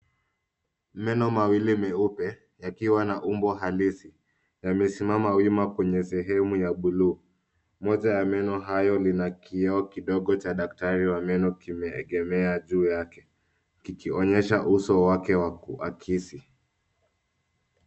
Meno mawili meupe yakiwa na umbo halisi yamesimama wima kwenye sehemu ya buluu. Moja ya meno hayo lina kioo kidogo cha daktari wa meno kimeegemea juu yake kikionyesha uso wake wa kuakisi.